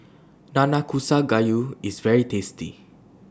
Nanakusa Gayu IS very tasty